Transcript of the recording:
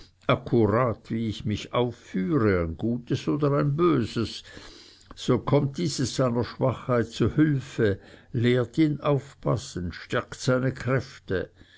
akkurat wie ich mich aufführe ein gutes oder ein böses so kommt dieses seiner schwachheit zu hülfe lehrt ihn aufpassen stärkt seine kräfte